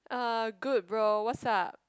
uh good bro what's up